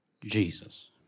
Jesus